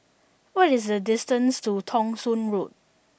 what is the distance to Thong Soon Road